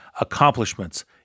accomplishments